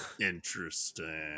Interesting